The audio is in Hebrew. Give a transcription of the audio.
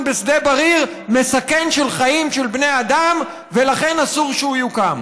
בשדה בריר מסכן חיים של בני אדם ולכן אסור שהוא יוקם,